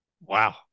Wow